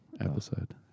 episode